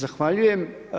Zahvaljujem.